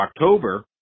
October